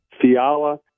Fiala